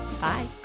Bye